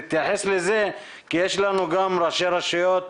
תתייחס לזה כי יש לנו גם ראשי רשויות,